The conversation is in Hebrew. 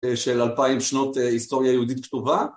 של אלפיים שנות היסטוריה יהודית כתובה.